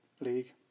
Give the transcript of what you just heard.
league